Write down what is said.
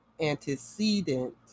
Antecedent